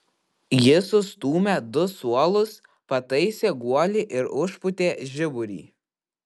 ji sustūmę du suolus pataisė guolį ir užpūtė žiburį